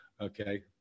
okay